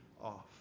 off